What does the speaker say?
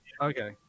okay